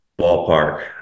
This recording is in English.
ballpark